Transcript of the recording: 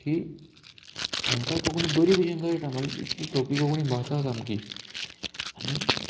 की तेंकांय कोंकणी बरी भशेन कायटा म्हळ्यार इतली सोंपी कोंकणी भास आसा सामकी आनी